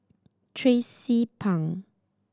Tracie Pang